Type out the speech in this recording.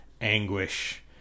anguish